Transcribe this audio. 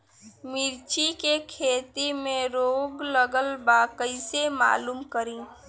मिर्ची के खेती में रोग लगल बा कईसे मालूम करि?